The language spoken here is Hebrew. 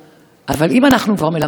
אבל אם אנחנו כבר מלמדים על דמוקרטיה,